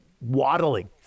waddling